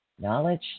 Knowledge